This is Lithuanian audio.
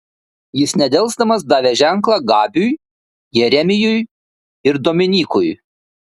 jis nedelsdamas davė ženklą gabiui jeremijui ir dominykui